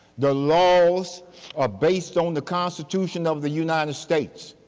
the laws are based on the constitution of the united states.